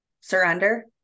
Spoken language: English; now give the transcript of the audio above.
surrender